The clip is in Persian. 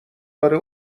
داره